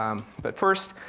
um but first,